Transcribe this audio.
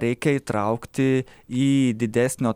reikia įtraukti į didesnio